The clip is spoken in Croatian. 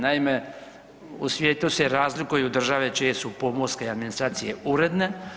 Naime, u svijetu se razlikuju države čije su pomorske administracije uredne.